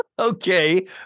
Okay